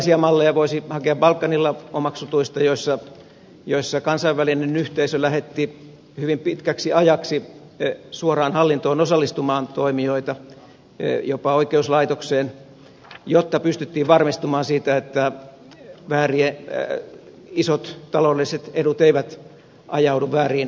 yhdenlaisia malleja voisi hakea balkanilla omaksutuista joissa kansainvälinen yhteisö lähetti hyvin pitkäksi ajaksi suoraan hallintoon osallistumaan toimijoita jopa oikeuslaitokseen jotta pystyttiin varmistumaan siitä että isot taloudelliset edut eivät ajaudu vääriin taskuihin